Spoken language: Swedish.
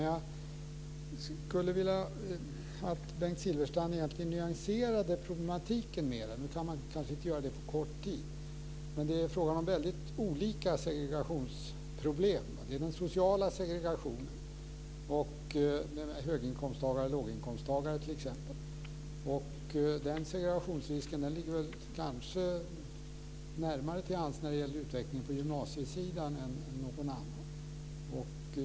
Jag skulle vilja att Bengt Silfverstrand nyanserade problematiken mera, men han kanske inte kan göra det på kort tid. Det är fråga om väldigt olika segregationsproblem. Det är den sociala segregationen, med t.ex. höginkomsttagare-låginkomsttagare. Den segregationsrisken ligger kanske närmare till hands när det gäller utvecklingen på gymnasiesidan än någon annan.